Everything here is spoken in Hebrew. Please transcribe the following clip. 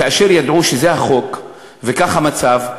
כאשר ידעו שזה החוק וזה המצב,